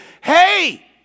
hey